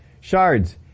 shards